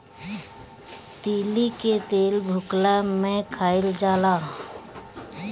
तीली के तेल भुखला में खाइल जाला